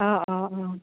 অঁ অঁ অঁ